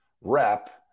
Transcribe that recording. rep